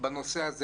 בנושא הזה.